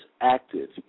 active